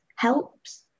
helps